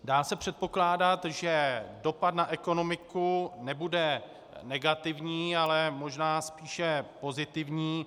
Dá se předpokládat, že dopad na ekonomiku nebude negativní, ale možná spíše pozitivní.